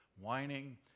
Whining